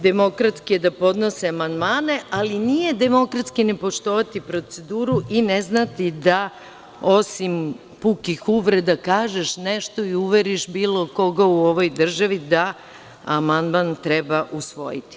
Demokratski je da podnose amandmane, ali nije demokratski nepoštovati proceduru i ne znati da osim pukih uvreda kažeš nešto i uveriš bilo koga u ovoj državi da amandman treba usvojiti.